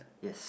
yes